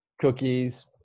cookies